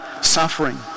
suffering